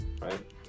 Right